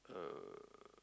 uh